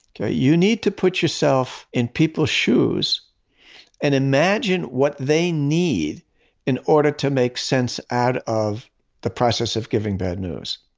you need to put yourself in people's shoes and imagine what they need in order to make sense out of the process of giving bad news